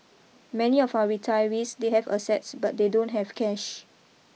many of our retirees they have assets but they don't have cash